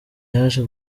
yaje